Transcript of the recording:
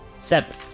Seven